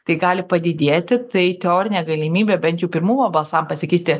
tai gali padidėti tai teorinė galimybė bent jau pirmumo basam pasikeisti